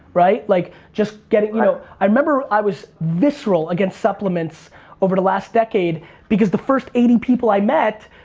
right? like, just getting, you know, i remember i was visceral against supplements over the last decade because the first eighty people i met,